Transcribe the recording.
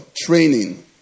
training